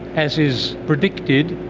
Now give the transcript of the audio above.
as is predicted,